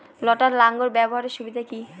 লটার লাঙ্গল ব্যবহারের সুবিধা কি?